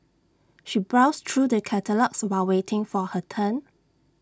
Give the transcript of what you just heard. she browsed through the catalogues while waiting for her turn